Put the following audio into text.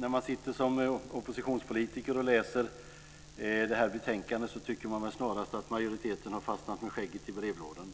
När man sitter som oppositionspolitiker och läser betänkandet tycker man väl snarast att majoriteten har fastnat med skägget i brevlådan.